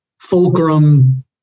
fulcrum